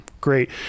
great